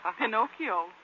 Pinocchio